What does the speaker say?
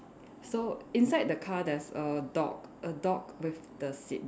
so inside the car there's a dog a dog with the seat belt